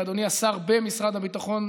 אדוני השר במשרד הביטחון,